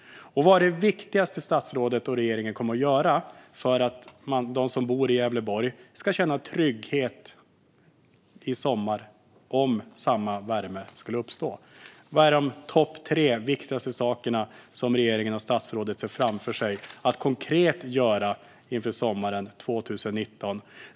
Och vad är det viktigaste statsrådet och regeringen kommer att göra för att de som bor i Gävleborg ska känna trygghet i sommar, om samma värme skulle uppstå? Vilka är de tre viktigaste saker som regeringen och statsrådet ser framför sig att konkret göra inför sommaren 2019?